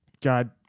God